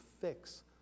fix